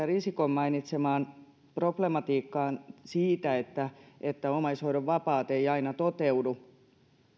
risikon mainitsemaan problematiikkaan siitä että että omaishoidon vapaat eivät aina toteudu